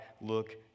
look